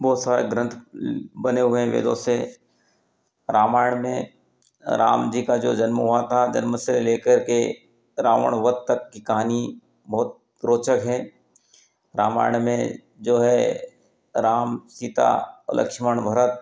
बोहोत सारे ग्रंथ बने हुए हैं वेदों से रामायण में राम जी का जो जन्म हुआ था जन्म से लेकर के रावण वध तक की कहानी बहोत रोचक है रामायण में जो है राम सीता और लक्ष्मण भरत